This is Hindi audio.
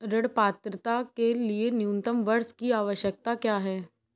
ऋण पात्रता के लिए न्यूनतम वर्ष की आवश्यकता क्या है?